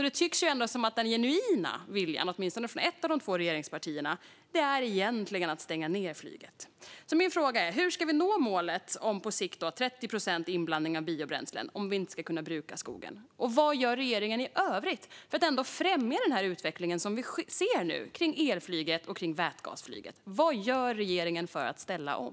Det tycks alltså som att den genuina viljan från åtminstone ett av de två regeringspartierna egentligen är att stänga ned flyget. Mina frågor är därför: Hur ska vi nå målet om på sikt 30 procent inblandning av biobränslen om vi inte ska kunna bruka skogen? Och vad gör regeringen i övrigt för att ändå främja den utveckling kring elflyget och vätgasflyget som vi ser nu? Vad gör regeringen för att ställa om?